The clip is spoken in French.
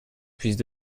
puisse